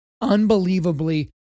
unbelievably